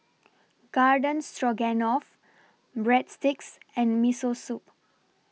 Garden Stroganoff Breadsticks and Miso Soup